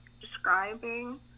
describing